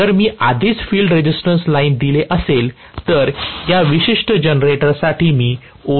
जर मी आधीच फील्ड रेझिस्टन्स लाइन दिले असेल तर या विशिष्ट जनरेटरसाठी मी OCC काढू शकतो